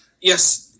yes